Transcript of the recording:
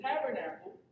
tabernacle